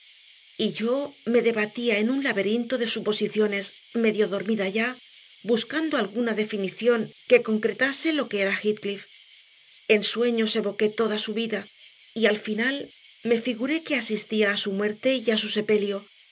superstición y yo me debatía en un laberinto de suposiciones medio dormida ya buscando alguna definición que concretase lo que era heathcliff en sueños evoqué toda su vida y al final me figuré que asistía a su muerte y a su sepelio